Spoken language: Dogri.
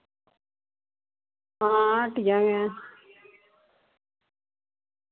हां हट्टिया गै